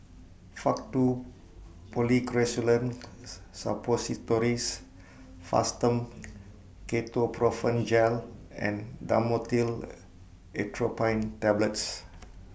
Faktu Policresulen Suppositories Fastum Ketoprofen Gel and Dhamotil Atropine Tablets